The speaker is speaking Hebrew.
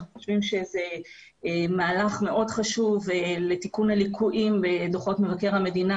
אנחנו חושבים שזה מהלך מאוד חשוב לתיקון הליקויים בדוחות מבקר המדינה,